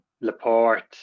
Laporte